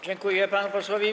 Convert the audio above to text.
Dziękuję panu posłowi.